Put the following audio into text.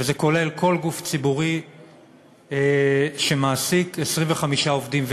וזה כולל כל גוף ציבורי שמעסיק 25 עובדים ויותר.